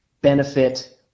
benefit